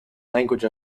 language